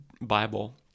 Bible